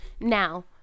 Now